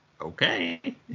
okay